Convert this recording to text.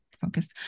focus